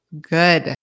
good